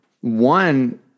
one